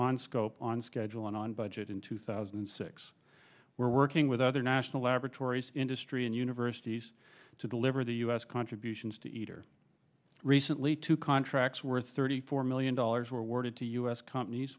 on scope on schedule and on budget in two thousand and six we're working with other national laboratories industry and universities to deliver the u s contributions to eater recently two contracts worth thirty four million dollars were awarded to u s companies